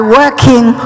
working